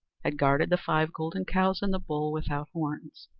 had guarded the five golden cows and the bull without horns,